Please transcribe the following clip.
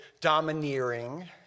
domineering